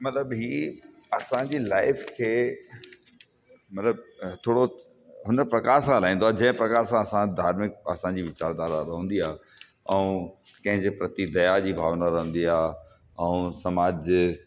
मतिलबु हीअ असांजी लाइफ खे मतिलबु थोरो हुन प्रकार सां हलाईंदो आहे जंहिं प्रकार सां असां धार्मिक असांजी वीचार धारा रहंदी आहे ऐं कंहिंजे प्रति दया जी भावना रहंदी आहे ऐं समाज जे